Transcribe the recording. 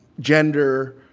gender.